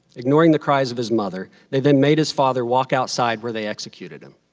ignoring the cries of his mother, they they made his father walk outside where they executed him.